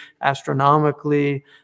astronomically